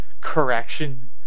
correction